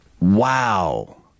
Wow